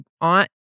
aunt